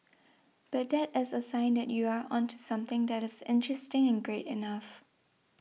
but that is a sign that you are onto something that is interesting and great enough